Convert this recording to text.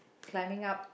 climbing up